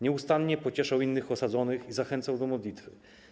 Nieustannie pocieszał innych osadzonych i zachęcał do modlitwy.